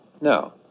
No